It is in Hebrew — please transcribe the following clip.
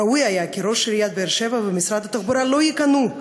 ראוי היה כי ראש עיריית באר-שבע ומשרד התחבורה לא ייכנעו לדרישה,